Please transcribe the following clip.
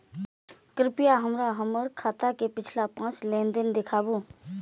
कृपया हमरा हमर खाता के पिछला पांच लेन देन दिखाबू